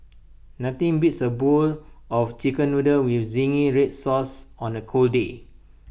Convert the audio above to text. nothing beats A bowl of Chicken Noodles with Zingy Red Sauce on A cold day